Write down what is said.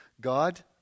God